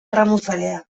erramuzalea